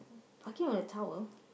barking on the towel